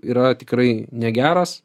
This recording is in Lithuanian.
yra tikrai negeras